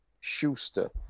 Schuster